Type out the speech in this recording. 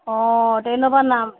অঁ ট্ৰেইনৰ পৰা